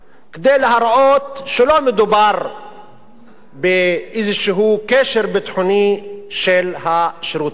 כדי להראות שלא מדובר באיזה קשר ביטחוני של השירות האזרחי.